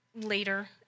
later